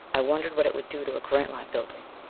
i wondered what it would do to a grantline building!